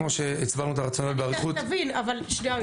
כמו שהסברנו את הרציונל באריכות --- אבל שנייה רגע,